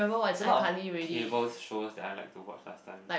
there's a lot of cables shows that I like to watch last time